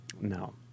no